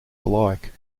alike